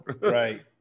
right